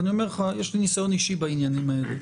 ויש לי ניסיון אישי בעניין הזה,